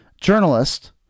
journalist